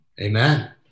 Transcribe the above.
Amen